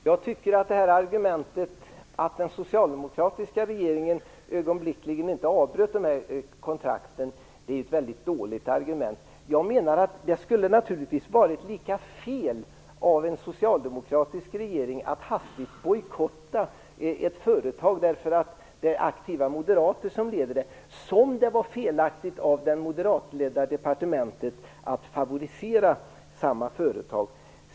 Herr talman! Argumentet att den socialdemokratiska regeringen inte ögonblickligen avbröt den här kontakten är väldigt dåligt. Jag menar att det naturligtvis skulle ha varit lika fel av en socialdemokratisk regering att hastigt bojkotta ett företag därför att det är aktiva moderater som leder det som det var fel av det moderatledda departementet att favorisera samma företag.